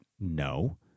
No